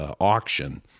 auction